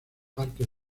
parque